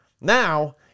Now